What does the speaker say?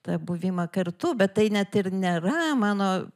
tą buvimą kartu bet tai net ir nėra mano